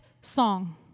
song